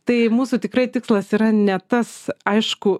tai mūsų tikrai tikslas yra ne tas aišku